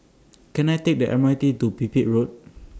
Can I Take The M R T to Pipit Road